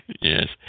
yes